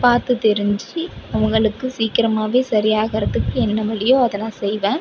பார்த்து தெரிஞ்சு அவங்களுக்கு சீக்கிரமாகவே சரியாகுறதுக்கு என்ன வழியோ அதெலாம் செய்வேன்